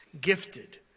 gifted